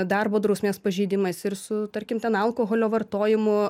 darbo drausmės pažeidimais ir su tarkim ten alkoholio vartojimu